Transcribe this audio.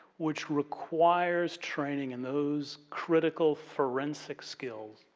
which requires training in those critical forensic skills,